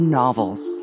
novels